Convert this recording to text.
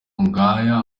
ngaya